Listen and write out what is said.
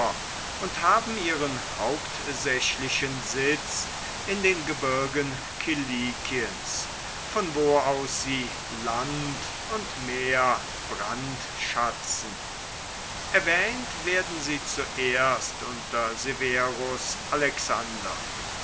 und haben ihren hauptsächlichen sitz in den gebirgen kilikiens von wo aus sie land und meer brandschatzen erwähnt werden sie zuerst unter severus alexander